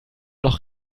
noch